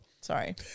Sorry